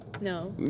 No